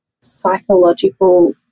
psychological